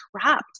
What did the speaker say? trapped